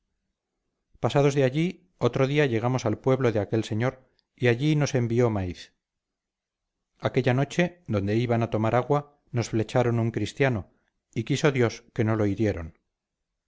pasados de allí otro día llegamos al pueblo de aquel señor y allí nos envió maíz aquella noche donde iban a tomar agua nos flecharon un cristiano y quiso dios que no lo hirieron